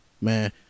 Man